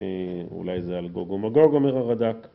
אולי זה אלגוגומגוג אומר הרדק